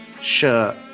shirt